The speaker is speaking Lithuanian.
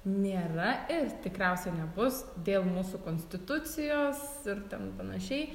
nėra ir tikriausiai nebus dėl mūsų konstitucijos ir ten panašiai